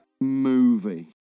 movie